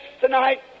tonight